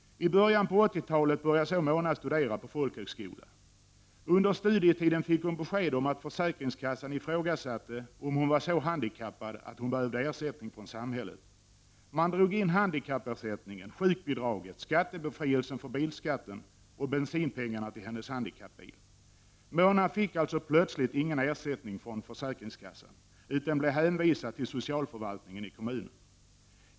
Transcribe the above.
I början på 80-talet började så Mona studera på folkhögskola. Under studietiden fick hon besked om att försäkringskassan ifrågasatte om hon var så handikappad att hon behövde ersättning från samhället. Man drog in handikappersättningen, sjukbidraget, skattebefrielsen för bilskatten och bensinpengarna till hennes handikappbil. Mona fick alltså plötsligt ingen ersättning från försäkringskassan, utan blev hänvisad till socialförvaltningen i kommunen.